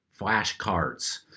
flashcards